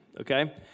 okay